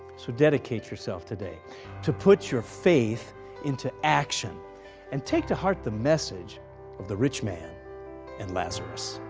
so, dedicate yourself today to put your faith into action and take to heart the message of the rich man and lazarus.